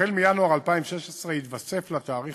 החל בינואר 2016 יתווסף לתעריף